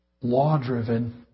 law-driven